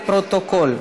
לפרוטוקול.